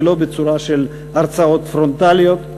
ולא בצורה של הרצאות פרונטליות.